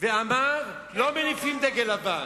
ואמר שלא מניפים דגל לבן.